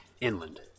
inland